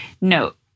Note